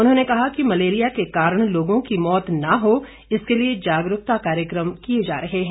उन्होंने कहा कि मलेरिया के कारण लोगों की मौत न हो इसके लिए जागरूकता कार्यक्रम किए जा रहे है